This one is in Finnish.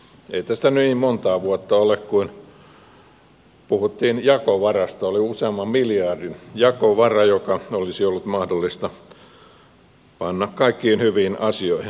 ei tästä niin montaa vuotta ole kun puhuttiin jakovarasta oli useamman miljardin jakovara joka olisi ollut mahdollista panna kaikkiin hyviin asioihin